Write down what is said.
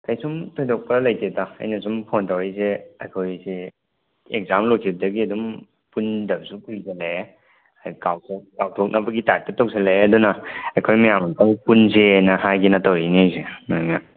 ꯀꯩꯁꯨꯝ ꯊꯣꯏꯗꯣꯛꯄ ꯂꯩꯇꯦꯗ ꯑꯩꯅ ꯁꯨꯝ ꯐꯣꯟ ꯇꯧꯔꯛꯏꯁꯦ ꯑꯩꯈꯣꯏꯁꯦ ꯑꯦꯛꯖꯥꯝ ꯂꯣꯏꯈꯤꯕꯗꯒꯤ ꯑꯗꯨꯝ ꯄꯨꯟꯗꯕꯁꯨ ꯀꯨꯏꯁꯤꯜꯂꯛꯑꯦ ꯍꯥꯏꯗꯤ ꯀꯥꯎꯊꯣꯛ ꯀꯥꯎꯊꯣꯛꯅꯕꯒꯤ ꯇꯥꯏꯞꯇ ꯇꯧꯁꯤꯜꯂꯛꯑꯦ ꯑꯗꯨꯅ ꯑꯩꯈꯣꯏ ꯃꯌꯥꯝ ꯑꯃꯨꯛꯇꯪ ꯄꯨꯟꯁꯦꯅ ꯍꯥꯏꯒꯦꯅ ꯇꯧꯔꯛꯏꯅꯦ ꯑꯩꯁꯦ